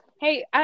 Hey